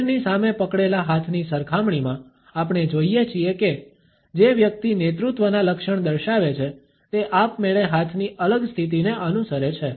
શરીરની સામે પકડેલા હાથની સરખામણીમાં આપણે જોઇએ છીએ કે જે વ્યક્તિ નેતૃત્વના લક્ષણો દર્શાવે છે તે આપમેળે હાથની અલગ સ્થિતિને અનુસરે છે